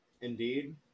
Indeed